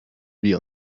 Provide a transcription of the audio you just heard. wir